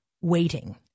waiting